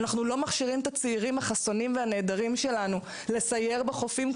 אנחנו לא מכשירים את הצעירים החסונים והנהדרים שלנו לסייר בחופים,